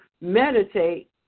meditate